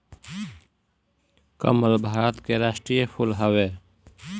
कमल भारत के राष्ट्रीय फूल हवे